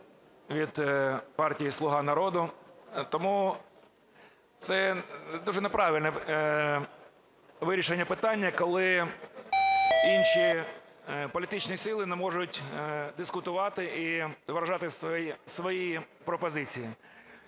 від партії "Слуга народу". Тому це дуже неправильне вирішення питання, коли інші політичні сили не можуть дискутувати і виражати свої пропозиції.